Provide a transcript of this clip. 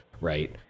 Right